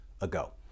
ago